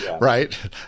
right